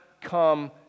come